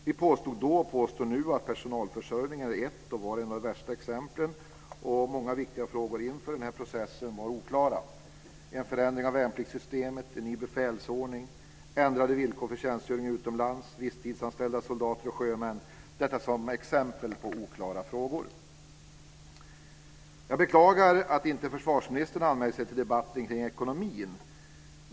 Vi påstod då och påstår nu att personalförsörjningen är och var ett av de värsta exemplen och att många viktiga frågor inför den här processen var oklara. En förändring av värnpliktssystemet, en ny befälsordning, ändrade villkor för tjänstgöring utomlands, visstidsanställda soldater och sjömän - detta som exempel på oklara frågor. Jag beklagar att försvarsministern inte har anmält sig till debatten kring ekonomin.